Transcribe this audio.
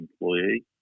employee